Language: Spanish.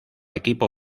equipo